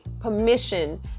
permission